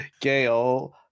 gail